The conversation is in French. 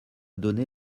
donné